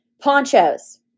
ponchos